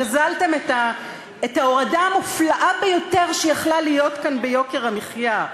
גזלתם את ההורדה המופלאה ביותר שיכלה להיות כאן ביוקר המחיה,